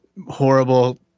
horrible